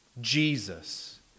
Jesus